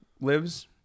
lives